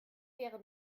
wäre